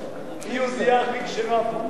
היא היהודייה הכי כשרה פה.